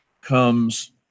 Comes